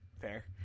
Fair